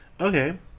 okay